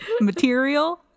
material